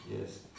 Yes